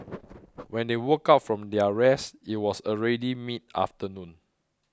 when they woke up from their rest it was already mid afternoon